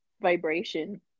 vibration